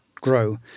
grow